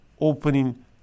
opening